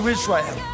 Israel